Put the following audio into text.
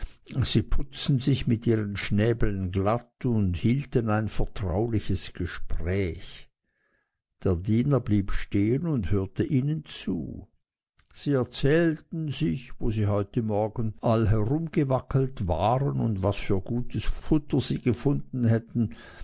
sie putzten sich mit ihren schnäbeln glatt und hielten ein vertrauliches gespräch der diener blieb stehen und hörte ihnen zu sie erzählten sich wo sie heute morgen all herumgewackelt wären und was für ein gutes futter sie gefunden hätten